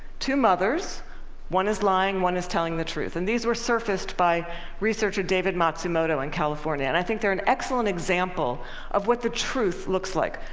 two mothers one is lying, one is telling the truth. and these were surfaced by researcher david matsumoto in california. and i think they're an excellent example of what the truth looks like.